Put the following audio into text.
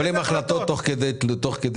מקבלים החלטות תוך כדי תנועה.